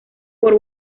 por